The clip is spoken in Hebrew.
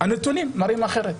הנתונים מראים אחרת.